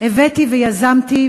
הבאתי ויזמתי,